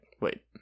Wait